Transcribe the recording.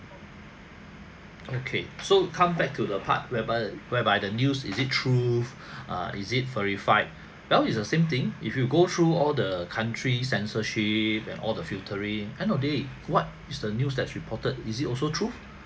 okay so come back to the part whereby whereby the news is it truth uh is it verified well it's the same thing if you go through all the country censorship and all the filtering end of the day what is the news that's reported is it also truth